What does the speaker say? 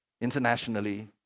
internationally